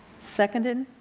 seconded?